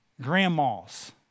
grandmas